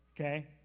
okay